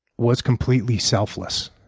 was completely selfless.